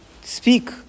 speak